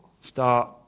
Start